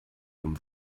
vom